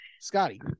Scotty